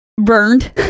burned